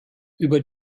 über